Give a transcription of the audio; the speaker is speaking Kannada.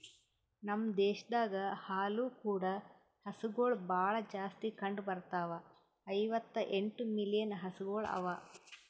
ನಮ್ ದೇಶದಾಗ್ ಹಾಲು ಕೂಡ ಹಸುಗೊಳ್ ಭಾಳ್ ಜಾಸ್ತಿ ಕಂಡ ಬರ್ತಾವ, ಐವತ್ತ ಎಂಟು ಮಿಲಿಯನ್ ಹಸುಗೊಳ್ ಅವಾ